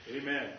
Amen